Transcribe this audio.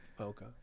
Okay